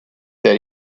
that